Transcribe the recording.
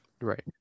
Right